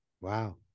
Wow